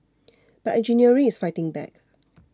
but engineering is fighting back